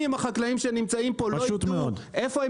אם החקלאים שנמצאים פה לא --- איפה הם